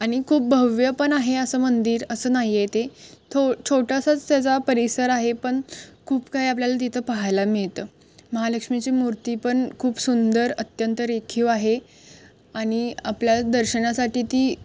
आणि खूप भव्य पण आहे असं मंदिर असं नाही आहे ते थो छोटासाच त्याचा परिसर आहे पण खूप काही आपल्याला तिथं पहायला मिळतं महालक्ष्मीची मूर्ती पण खूप सुंदर अत्यंत रेखीव आहे आणि आपल्या दर्शनासाठी ती